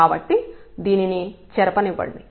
కాబట్టి దీనిని చెరపనివ్వండి